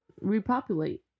repopulate